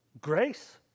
grace